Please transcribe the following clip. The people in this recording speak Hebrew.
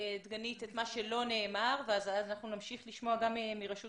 מה שלא נאמר ואז נמשיך לשמוע גם מרשות